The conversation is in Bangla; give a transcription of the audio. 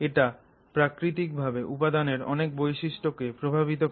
এটা প্রাকৃতিক ভাবে উপাদানের অনেক বৈশিষ্ট্যকে প্রভাবিত করে